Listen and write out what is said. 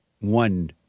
One